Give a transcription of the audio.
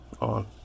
on